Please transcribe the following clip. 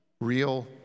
real